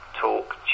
talk